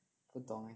不懂 leh